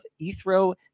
Ethro